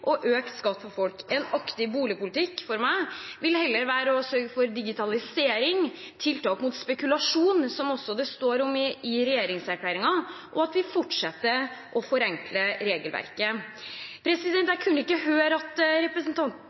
og økt skatt for folk. En aktiv boligpolitikk for meg vil heller være å sørge for digitalisering og tiltak mot spekulasjon – som det også står om i regjeringserklæringen – og at vi fortsetter å forenkle regelverket. Jeg kunne ikke høre at